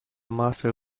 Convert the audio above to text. master